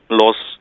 loss